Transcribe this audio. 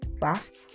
fast